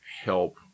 help